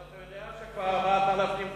אבל אתה יודע שכבר 4,000 למדו.